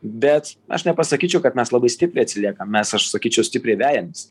bet aš nepasakyčiau kad mes labai stipriai atsiliekam mes aš sakyčiau stipriai vejamės